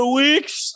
weeks